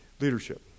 Leadership